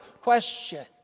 Question